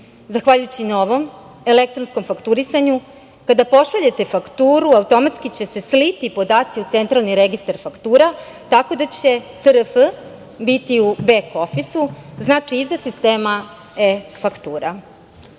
Zahvaljujući novom, elektronskom fakturisanju kada pošaljete fakturu automatski će se sliti podaci u Centralni registar faktura, tako da će CRF biti u bek ofisu, znači iza sistema e-faktura,